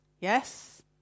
Yes